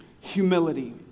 humility